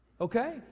okay